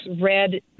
red